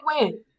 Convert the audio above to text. win